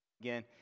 Again